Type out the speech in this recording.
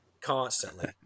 Constantly